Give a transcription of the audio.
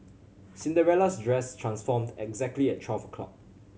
Cinderella's dress transformed exactly at twelve o'clock